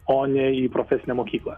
o ne į profesinę mokyklą